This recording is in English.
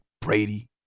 Brady